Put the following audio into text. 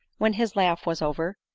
when his laugh was over,